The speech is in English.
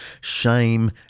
shame